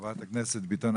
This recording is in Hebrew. חברת הכנסת ביטון.